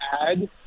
add